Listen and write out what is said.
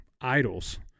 idols